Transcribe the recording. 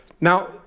Now